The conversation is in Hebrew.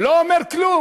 הוא לא אומר כלום,